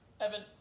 Evan